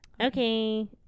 okay